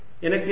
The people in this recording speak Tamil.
எனக்கு இது